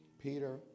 Peter